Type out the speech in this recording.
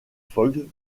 fogg